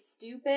stupid